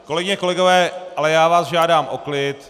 Kolegyně, kolegové, ale já vás žádám o klid.